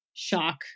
shock